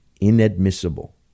inadmissible